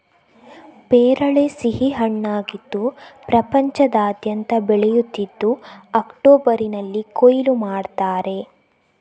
ಪೇರಳೆ ಸಿಹಿ ಹಣ್ಣಾಗಿದ್ದು ಪ್ರಪಂಚದಾದ್ಯಂತ ಬೆಳೆಯುತ್ತಿದ್ದು ಅಕ್ಟೋಬರಿನಲ್ಲಿ ಕೊಯ್ಲು ಮಾಡ್ತಾರೆ